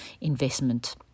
investment